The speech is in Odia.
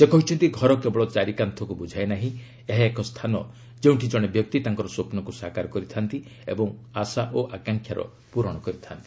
ସେ କହିଛନ୍ତି ଘର କେବଳ ଚାରି କାନ୍ଥକୁ ବୁଝାଏ ନାହିଁ ଏହା ଏକ ସ୍ଥାନ ଯେଉଁଠି ଜଣେ ବ୍ୟକ୍ତି ତାଙ୍କର ସ୍ୱପ୍ନକୁ ସାକାର କରିଥା'ନ୍ତି ଏବଂ ଆଶା ଓ ଆକାଂକ୍ଷାର ପୂରଣ କରିଥା'ନ୍ତି